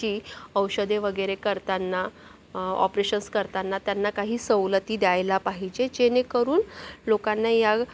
औषधे वगैरे करतांना ऑपरेशन्स करतांना त्यांना काही सवलती द्यायला पाहिजे जेणेकरून लोकांना